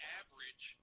average